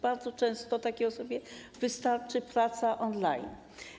Bardzo często takiej osobie wystarczy praca on-line.